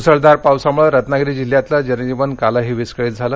मुसळधार पावसामुळे रत्नागिरी जिल्ह्यातलं जनजीवन कालही विस्कळीत झालं